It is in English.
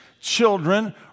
children